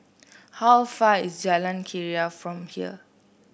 how far is Jalan Keria from here